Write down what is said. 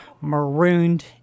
marooned